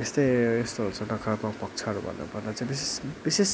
यस्तै यस्तोहरू छ नकारात्मक पक्षहरू भन्नुपर्दा चाहिँ विशेष विशेष